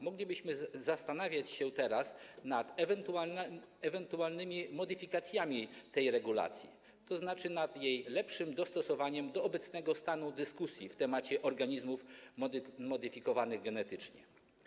Moglibyśmy zastanawiać się teraz nad ewentualnymi modyfikacjami tej regulacji, tzn. nad jej lepszym dostosowaniem do obecnego stanu wiedzy na temat organizmów modyfikowanych genetycznie.